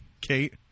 Kate